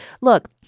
look